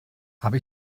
habe